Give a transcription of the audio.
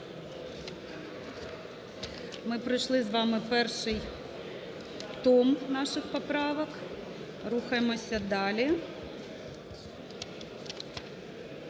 Ми пройшли з вами перший том наших поправок. Рухаємося далі.